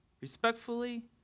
Respectfully